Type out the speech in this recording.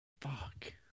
Fuck